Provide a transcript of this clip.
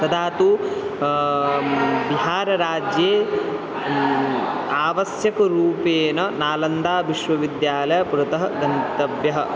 तदा तु बिहारराज्ये आवश्यकरूपेण नालन्दाविश्वविद्यालयस्य पुरतः गन्तव्यः